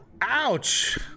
Ouch